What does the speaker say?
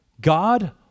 God